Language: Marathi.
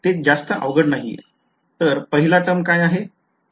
ते जास्त अवघड नाहीये तर पहिला टर्म काय आहे